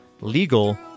legal